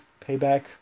Payback